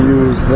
use